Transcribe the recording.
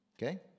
okay